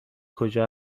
کجا